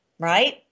Right